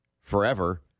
forever